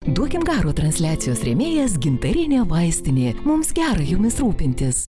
duokim garo transliacijos rėmėjas gintarinė vaistinė mums gerai jumis rūpintis